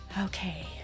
Okay